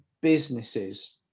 businesses